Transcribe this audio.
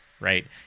right